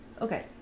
Okay